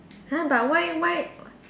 !huh! but why why